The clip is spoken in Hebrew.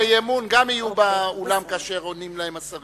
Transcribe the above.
אי-אמון יהיו באולם כאשר השרים עונים להם.